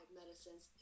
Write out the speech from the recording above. medicines